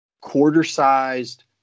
quarter-sized